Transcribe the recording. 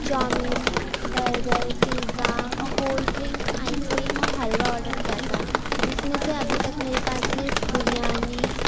chowmein burger pizza cold drink ice cream اور حلوہ order کیا تھا جس میں سے ابھی تک میرے پاس صرف بریانی